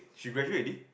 she graduate already